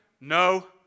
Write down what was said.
No